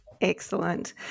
excellent